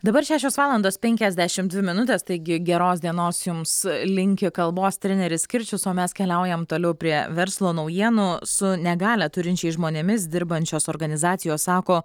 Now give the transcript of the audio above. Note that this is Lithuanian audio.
dabar šešios valandos penkiasdešim dvi minutės taigi geros dienos jums linki kalbos treneris kirčius o mes keliaujam toliau prie verslo naujienų su negalią turinčiais žmonėmis dirbančios organizacijos sako